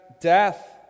death